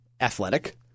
athletic